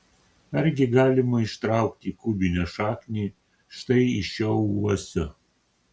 argi galima ištraukti kubinę šaknį štai iš šio uosio